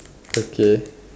okay